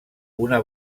una